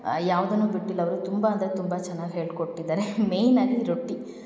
ಯಾವ್ದನ್ನೂ ಬಿಟ್ಟಿಲ್ಲ ಅವರು ತುಂಬ ಅಂದರೆ ತುಂಬ ಚೆನ್ನಾಗಿ ಹೇಳಿಕೊಟ್ಟಿದ್ದಾರೆ ಮೇಯ್ನಾಗಿ ರೊಟ್ಟಿ